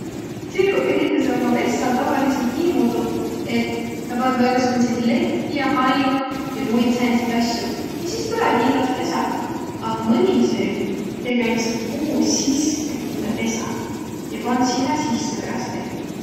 Tsirguq ehitäseq umma pessä tavalidsõlt niimuudu, et pandvaq egäsugutsit lehti ja hainu ja muid sääntsit asju ja sis tulõgi illos pesä. A mõni tsirk tege üldse puu sisse hindä pesä ja pand sinnäq sisse peräst lehti.